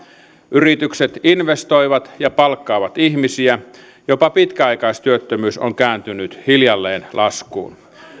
yritykset investoivat ja palkkaavat ihmisiä jopa pitkäaikaistyöttömyys on kääntynyt hiljalleen laskuun